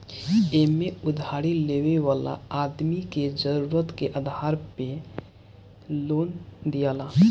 एमे उधारी लेवे वाला आदमी के जरुरत के आधार पे लोन दियाला